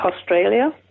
Australia